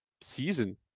season